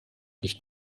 nicht